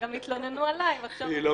אני רוצה